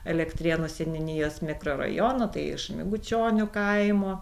elektrėnų seniūnijos mikrorajono tai iš megučionių kaimo